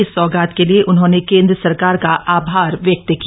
इस सौगप्त के लिए उन्होंने केंद्र सरकार के आभार व्यक्त किया